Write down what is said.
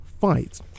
fight